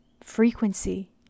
frequency